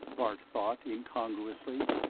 bart thought incongruously.